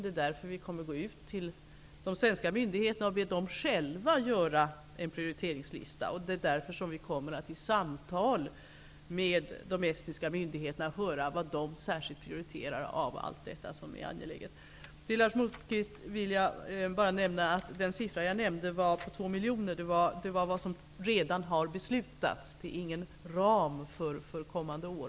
Det är därför vi kommer att be de svenska myndigheterna att själva göra en prioriteringslista. Det är därför som vi kommer att i samtal med de estniska myndigheterna höra vad de särskilt prioriterar av allt detta som är angeläget. Till Lars Moquist vill jag bara säga att det belopp jag nämnde på 2 miljoner är vad som redan har beslutats. Det är ingen ram för kommande år.